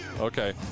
Okay